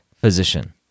physician